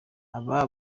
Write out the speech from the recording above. aba